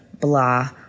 blah